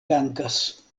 dankas